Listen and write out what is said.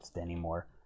anymore